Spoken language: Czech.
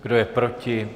Kdo je proti?